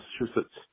Massachusetts